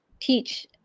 teach